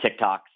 TikToks